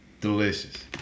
delicious